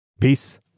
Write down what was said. Peace